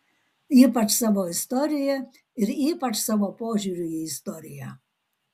ypač savo istorija ir ypač savo požiūriu į istoriją